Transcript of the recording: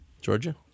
Georgia